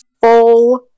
full